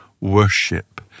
worship